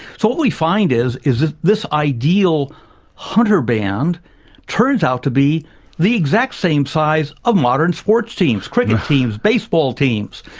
so what we find is, is that this ideal hunter band turns out to be the exact same size of modern sports teams, cricket teams, baseball teams,